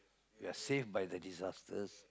we are safe by the disaster